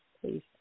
please